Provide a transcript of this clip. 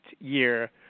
year